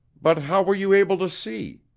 but how were you able to see?